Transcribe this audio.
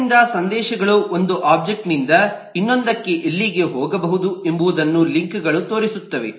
ಆದ್ದರಿಂದ ಸಂದೇಶಗಳು ಒಂದು ಒಬ್ಜೆಕ್ಟ್ನಿಂದ ಇನ್ನೊಂದಕ್ಕೆ ಎಲ್ಲಿಗೆ ಹೋಗಬಹುದು ಎಂಬುದನ್ನು ಲಿಂಕ್ಗಳು ತೋರಿಸುತ್ತವೆ